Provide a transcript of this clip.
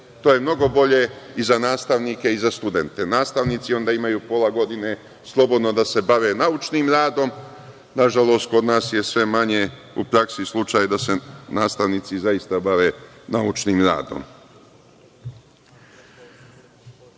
To je mnogo bolje i za nastavnike i za studente. Nastavnici onda imaju pola godine slobodno da se bave naučnim radom. Nažalost, kod nas je sve manje u praksi slučaj da se nastavnici zaista bave naučnim radom. Još